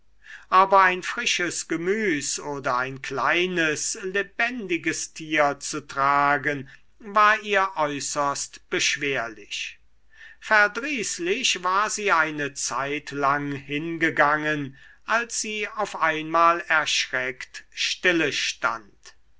aber ein frisches gemüs oder ein kleines lebendiges tier zu tragen war ihr äußerst beschwerlich verdrießlich war sie eine zeitlang hingegangen als sie auf einmal erschreckt